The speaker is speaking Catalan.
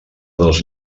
dos